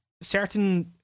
certain